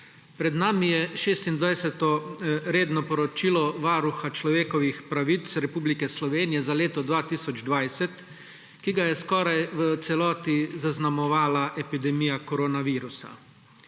Pred nami je 26. redno poročilo Varuha človekovih pravic Republike Slovenije za leto 2020, ki ga je skoraj v celoti zaznamovala epidemija koronavirusa.